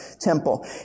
temple